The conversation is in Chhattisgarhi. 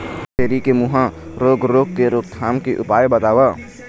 छेरी के मुहा रोग रोग के रोकथाम के उपाय बताव?